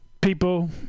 people